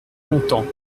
longtemps